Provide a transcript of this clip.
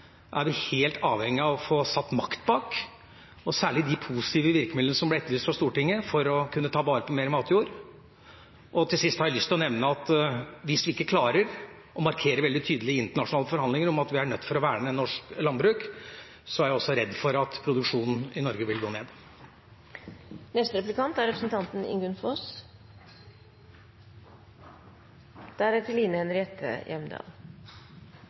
er vi helt avhengig av å få satt makt bak – særlig de positive virkemidlene som ble etterlyst fra Stortinget for å kunne ta vare på mer matjord. Til sist har jeg lyst til å nevne at hvis vi ikke klarer å markere veldig tydelig i internasjonale forhandlinger at vi er nødt til å verne norsk landbruk, er jeg redd for at produksjonen i Norge vil gå ned.